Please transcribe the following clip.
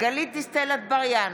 גלית דיסטל אטבריאן,